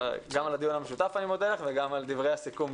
אני מודה לך על הדיון המשותף וגם על דברי הסיכום.